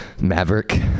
Maverick